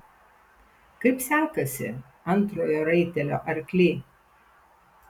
kaip sekasi antrojo raitelio arkly